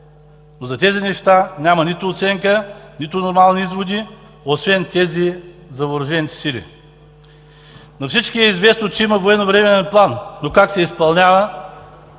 За тези неща няма нито оценка, нито нормални изводи, освен тези за Въоръжените сили. На всички е известно, че има военновременен план, но как се изпълнява,